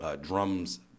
drums